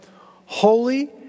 holy